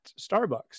Starbucks